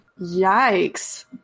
Yikes